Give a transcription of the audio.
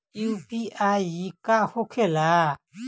UPI का होखेला?